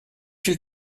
viel